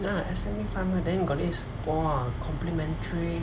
ya S_M_E five hundred then got this !wah! complimentary